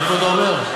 מה כבודו אומר?